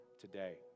today